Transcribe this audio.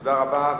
תודה רבה.